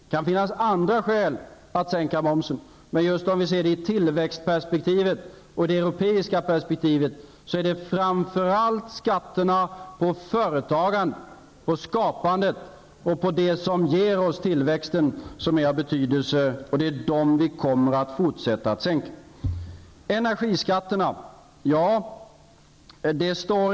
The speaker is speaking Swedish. Det kan finnas andra skäl att sänka momsen. Men sett just i tillväxtperspektivet och i det europeiska perspektivet är det framför allt skatter på företagande, på skapande och på det som ger oss tillväxten som är av betydelse, och det är dessa skatter vi kommer att fortsätta att sänka.